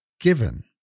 Given